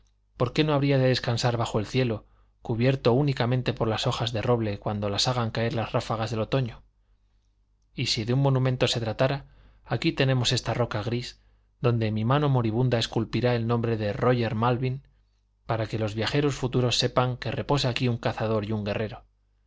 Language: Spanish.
por qué no habría de descansar bajo el cielo cubierto únicamente por las hojas de roble cuando las hagan caer las ráfagas de otoño y si de monumento se trata aquí tenemos esta roca gris donde mi mano moribunda esculpirá el nombre de róger malvin para que los viajeros futuros sepan que reposa aquí un cazador y un guerrero